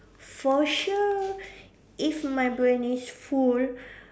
for sure if my brain is full